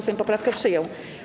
Sejm poprawkę przyjął.